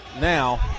now